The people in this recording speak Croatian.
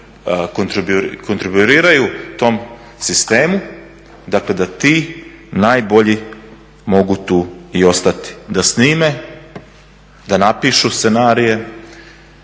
kontriraju tom sistemu dakle da ti najbolji mogu tu i ostati da snime, da napišu scenarije,